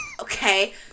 Okay